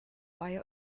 bio